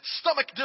stomach